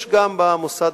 יש במוסד